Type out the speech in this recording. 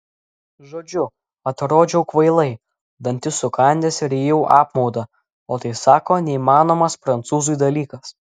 žodžiu atrodžiau kvailai dantis sukandęs rijau apmaudą o tai sako neįmanomas prancūzui dalykas